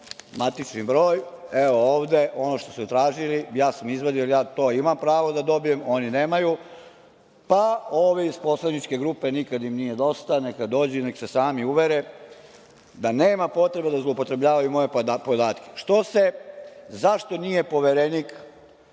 matični broj. Evo ovde ono što su tražili. Ja sam izvadio, jer ja imam pravo to da dobijem, oni nemaju. Pa, ovi iz poslaničke grupe „Nikad im nije dosta“ neka dođu i neka se sami uvere da nema potrebe da zloupotrebljavaju moje podatke.Zašto nije Poverenik,